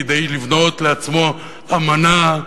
כדי לבנות לעצמו אמנה.